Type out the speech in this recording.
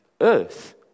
earth